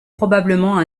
probablement